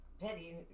Betty